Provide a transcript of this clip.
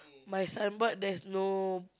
my signboard there's no